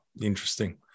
Interesting